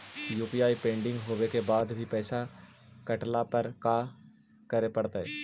UPI pending होवे के बाद भी पैसा कटला पर का करे पड़तई?